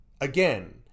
Again